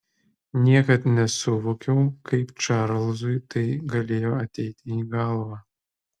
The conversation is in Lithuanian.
niekad nesuvokiau kaip čarlzui tai galėjo ateiti į galvą